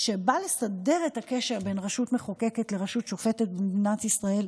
שבא לסדר את הקשר בין רשות מחוקקת לרשות שופטת במדינת ישראל,